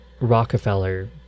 Rockefeller